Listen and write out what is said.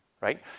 right